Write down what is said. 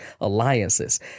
alliances